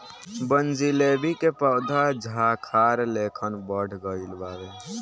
बनजीलेबी के पौधा झाखार लेखन बढ़ गइल बावे